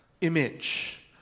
image